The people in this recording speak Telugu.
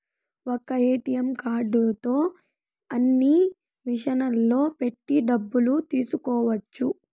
ఒక్క ఏటీఎం కార్డుతో అన్ని మిషన్లలో పెట్టి డబ్బులు తీసుకోవచ్చు